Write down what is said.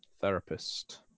Therapist